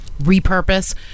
repurpose